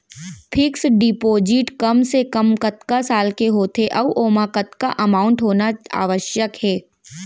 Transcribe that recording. Fix deposit कम से कम कतका साल के होथे ऊ ओमा कतका अमाउंट होना आवश्यक हे?